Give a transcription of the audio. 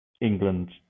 England